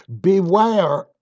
Beware